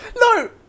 No